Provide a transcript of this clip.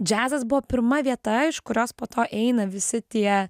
džiazas buvo pirma vieta iš kurios po to eina visi tie